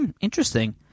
interesting